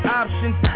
options